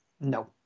No